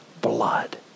blood